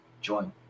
join